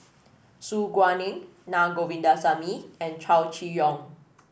Su Guaning Na Govindasamy and Chow Chee Yong